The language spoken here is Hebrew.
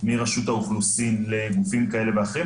מרשות האוכלוסין לגופים כאלה ואחרים.